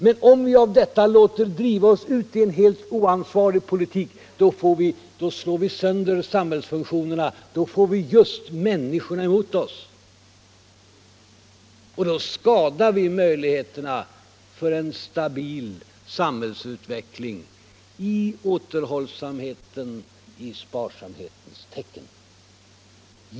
Men om vi låter driva oss ut i en helt oansvarig politik slår vi sönder samhällsfunktionerna. Då får vi människorna emot oss, och då skadar vi möjligheterna för en stabil samhällsutveckling i återhållsamhetens, i sparsamhetens tecken.